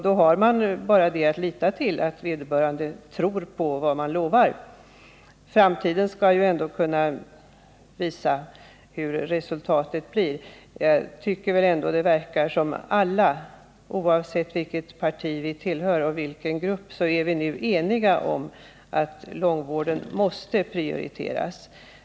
Då har man bara att lita till att vederbörande tror på vad man lovar. Framtiden kommer att visa hur resultatet blir. Jag tycker ändå att det verkar som om alla, oavsett vilket parti vi tillhör, nu är eniga om att långvården måste prioriteras.